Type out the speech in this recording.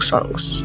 Songs